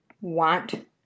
want